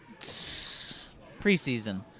Preseason